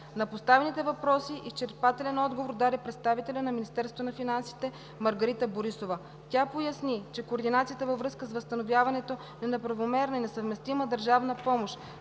На поставените въпроси изчерпателен отговор даде представителят на Министерството на финансите Маргарита Борисова. Тя поясни, че координацията във връзка с възстановяването на неправомерна и несъвместима държавна помощ